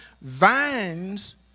vines